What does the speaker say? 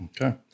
Okay